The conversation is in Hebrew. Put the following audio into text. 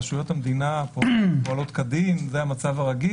רשויות המדינה פועלות כדין, זה המצב הרגיל.